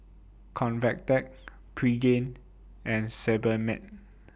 Convatec Pregain and Sebamed